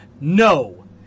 no